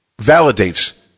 validates